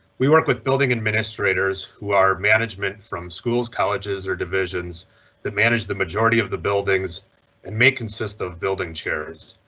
we work with building administrators who are management from schools, colleges or divisions that manage the majority of the buildings and may consist of building chairs.